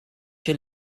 hlm